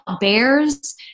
bears